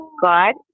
God